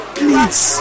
please